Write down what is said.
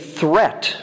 threat